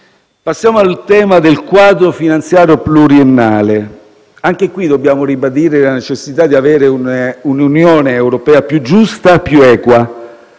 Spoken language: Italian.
Passando al tema del quadro finanziario pluriennale, anche in questo caso dobbiamo ribadire la necessità di avere un'Unione europea più giusta e più equa.